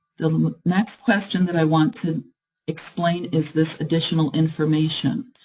the next question that i want to explain is this additional information.